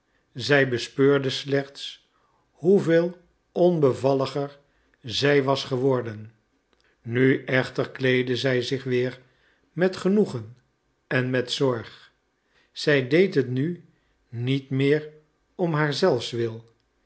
zij bespeurde slechts hoeveel onbevalliger zij was geworden nu echter kleedde zij zich weer met genoegen en met zorg zij deed het nu niet meer om haar zelfswil